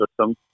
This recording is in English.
system